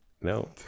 No